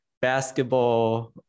basketball